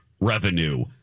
revenue